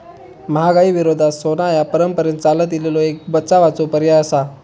महागाई विरोधात सोना ह्या परंपरेन चालत इलेलो एक बचावाचो पर्याय आसा